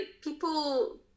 people